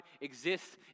exists